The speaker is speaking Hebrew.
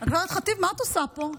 ח'טיב, מה את עושה פה?